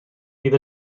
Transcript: bydd